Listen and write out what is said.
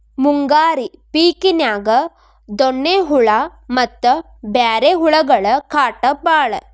ಮುಂಗಾರಿ ಪಿಕಿನ್ಯಾಗ ಡೋಣ್ಣಿ ಹುಳಾ ಮತ್ತ ಬ್ಯಾರೆ ಹುಳಗಳ ಕಾಟ ಬಾಳ